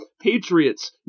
Patriots